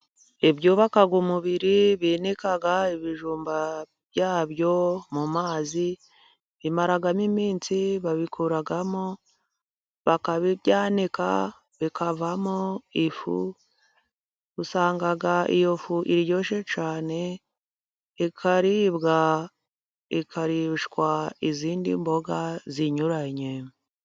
Ibyubaka umubiri binika ibijumba byabyo mu mazi bimaramo iminsi babikuramo bakabyanika bikavamo ifu, usanga iyo fu iryoshye cyane ikaribwa ikarishwa izindi mboga zinyuranye.